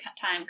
time